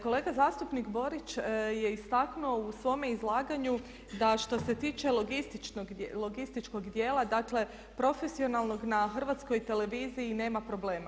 Kolega zastupnik Borić je istaknuo u svome izlaganju da što se tiče logističkog dijela, dakle profesionalnog na Hrvatskoj televiziji nema problema.